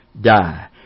die